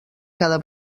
cada